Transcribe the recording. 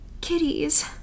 Kitties